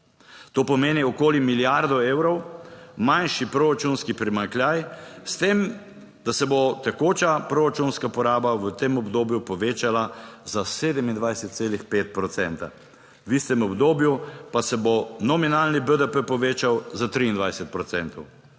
to pomeni okoli milijardo evrov manjši proračunski primanjkljaj, s tem da se bo tekoča proračunska poraba v tem obdobju povečala za 27,5 procenta, v istem obdobju pa se bo nominalni BDP povečal za 23